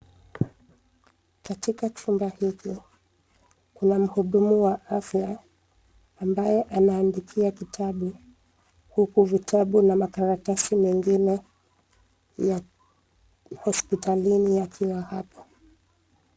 Katika chumba hiki kuna mhudumu wa afya ambaye anaandikia kitabu ,huku vitabu na makaratasi mengine ya hospitalini yakiwa hapa.